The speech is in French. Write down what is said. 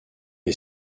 est